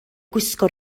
gwisgo